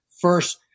first